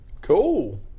Cool